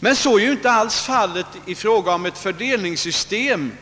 Men så är ju inte alls fallet inom ett fördelningssystem.